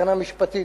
מבחינה משפטית,